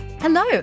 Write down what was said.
Hello